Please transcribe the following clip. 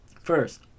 First